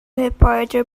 repórter